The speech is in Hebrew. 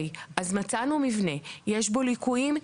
נניח שמצאנו מבנה שיש בו ליקויים,